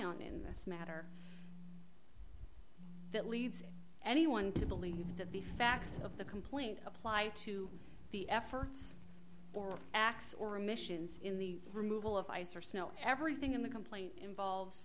on in this matter that leads anyone to believe that the facts of the complaint apply to the efforts or acts or emissions in the removal of ice or snow everything in the complaint involves